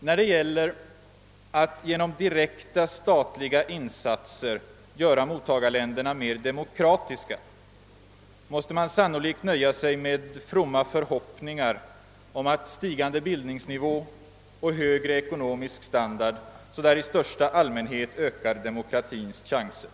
När det gäller att genom direkta statliga insatser göra mottagarländerna mera demokratiska måste man sannolikt nöja sig med fromma förhoppningar om att stigande bildningsnivå och högre ekonomisk standard i största allmänhet ökar demokratins chanser.